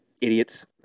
idiots